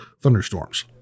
thunderstorms